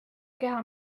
keha